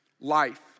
life